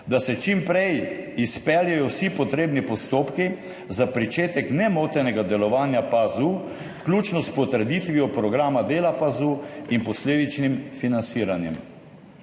da se čim prej izpeljejo vsi potrebni postopki za pričetek nemotenega delovanja PAZU, vključno s potrditvijo programa dela PAZU in posledičnim financiranjem.«